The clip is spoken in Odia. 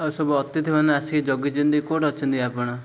ଆଉ ସବୁ ଅତିଥି ମାନେ ଆସିକି ଜଗିଛନ୍ତି କେଉଁଠେ ଅଛନ୍ତି ଆପଣ